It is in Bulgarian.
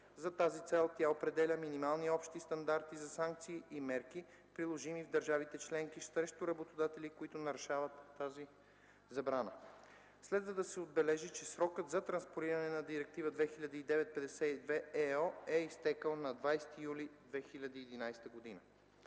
За тази цел тя определя минимални общи стандарти за санкции и мерки, приложими в държавите членки срещу работодатели, които нарушават тази забрана. Следва да се отбележи, че срокът за транспониране на Директива 2009/52/ЕО е изтекъл на 20 юли 2011 г.